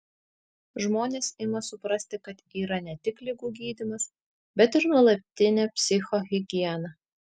žmonės ima suprasti kad yra ne tik ligų gydymas bet ir nuolatinė psichohigiena